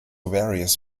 various